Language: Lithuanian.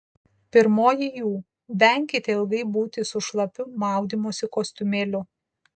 pirmoji jų venkite ilgai būti su šlapiu maudymosi kostiumėliu